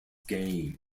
game